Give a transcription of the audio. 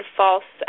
false